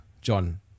John